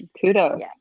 kudos